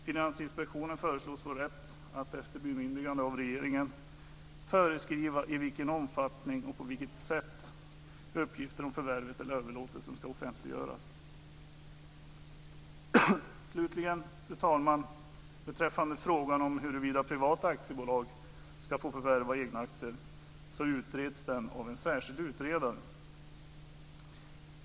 Finansinspektionen föreslås få rätt att, efter bemyndigande av regeringen, föreskriva i vilken omfattning och på vilket sätt uppgifter om förvärvet eller överlåtelsen ska offentliggöras. Fru talman! Frågan om huruvida privata aktiebolag ska få förvärva egna aktier utreds av en särskild utredare.